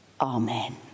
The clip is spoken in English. Amen